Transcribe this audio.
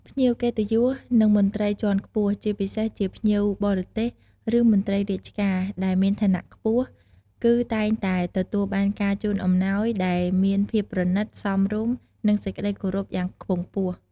ភ្ញៀវកិត្តិយស និងមន្ត្រីជាន់ខ្ពស់ ជាពិសេសជាភ្ញៀវបរទេស ឬមន្ត្រីរាជការដែលមានឋានៈខ្ពស់ គឺតែងតែទទួលបានការជូនអំណោយដែលមានភាពប្រណិត សមរម្យ និងសេចក្ដីគោរពយ៉ាងខ្ពង់ខ្ពស់។